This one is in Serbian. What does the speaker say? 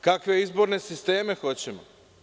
Kakve izborne sisteme hoćemo.